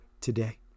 today